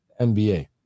NBA